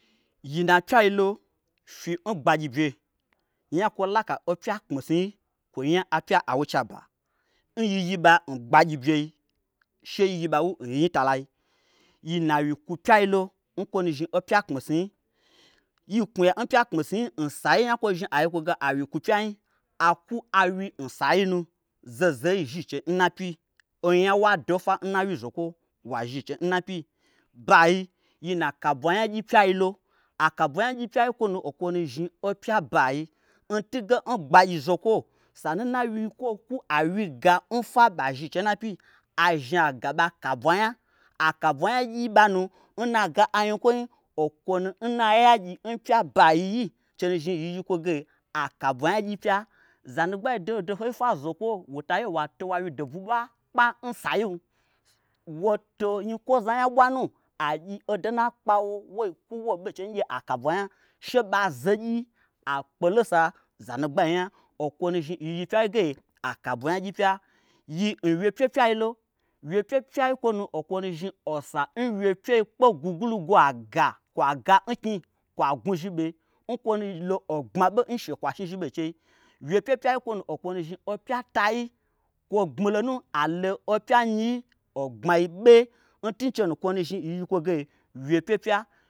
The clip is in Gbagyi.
Yi na pyai lo fyi n gbagyi bye nyakwo laka opya kpmisnui kwo nya apya awo nchei aba n yiyi ɓa n gbagyi byei sheyi yiba n wu n yinyitalai yi nawyi kwupyailo n kwo nu zhni opya kpmisnui yi knwuya n pya kpmisnui nsai yakwo zhni ai yi kwo ge awyi kwu pya nyi akwu awyi nsainu zaho zahoi zhni n chei n napyi. onya n wa do n fwa nna wyi zokwo wazhi n chei n napyi. Bayi yina na kabwa nyagyi pyeilo. akabwa nyagyi pyai nkwonu okwonu zhni opya bayi n tuge n gbagyi zokwo sanu na anyikwo kwu awyiga ɓa zhi nchei nna pyi azhni agaba akabwanya. kabwa nyagyi-i nbanu nnaga anyikwonyi okwonu nna ayagyi n pya bayi yi chenu zhni yi yikwoge akabwa nyagyi pya zanugbai doho dohoi nfwa zokwo wotwye wa to wa wyi dobwui bwa kpa n sayim:woto nyikwoza nya ɓwanu wagyi odo nna kpawo wokwu woi ɓe n chei ngye akabwanya she ɓazogyi akpelosa zanugbai nya okwonu zhni yiyipyai ge akabwa nyagyi pya. Yi n wyepye pyailo. wyepye pyai n kwonu okwonu zhni osa n wyepye kpe gwugwulugwua ga n knyi kwa gnwu zhi ɓe nkwonu lo ogbma ɓo n she kwashni zhni ɓe nchei wyepye pyai n kwonu okwo nu zhni opya tayi kwo gbmilo nu ailo opya nyiyi ogbmai be n tunchenu okwo nu zhni yiyi kwoge wyepye pya.